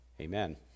Amen